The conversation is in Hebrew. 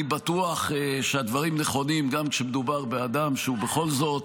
אני בטוח שהדברים נכונים גם כשמדובר באדם שהוא בכל זאת